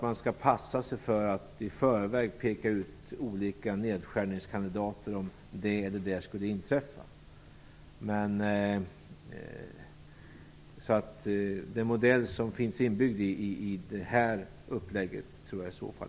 Man skall passa sig för att i förväg peka ut olika nedskärningskandidater om det eller det skulle inträffa. Den modell som finns inbyggd i det här upplägget tror jag är bättre.